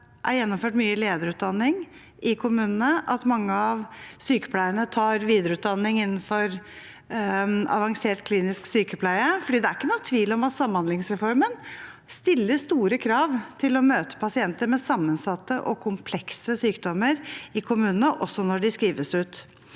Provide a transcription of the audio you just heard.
det er gjennomført mye lederutdanning i kommunene, at mange av sykepleierne tar videreutdanning innenfor avansert klinisk sykepleie, for det er ingen tvil om at samhandlingsreformen stiller store krav til å møte pasienter med sammensatte og komplekse sykdommer i kommunene, også når de skrives ut